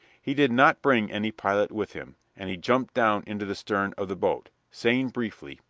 he did not bring any pilot with him, and he jumped down into the stern of the boat, saying, briefly,